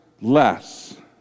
less